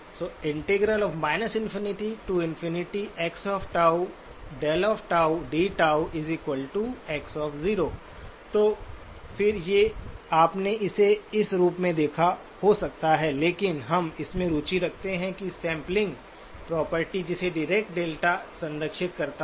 तो फिर से आपने इसे इस रूप में देखा हो सकता है लेकिन हम इसमें रुचि रखते हैं कि सैंपलिंग प्रॉपर्टी जिसे डीरेक डेल्टा संरक्षित करता है